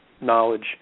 knowledge